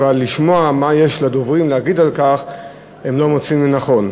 אבל לשמוע מה יש לדוברים להגיד על כך הם לא מוצאים לנכון.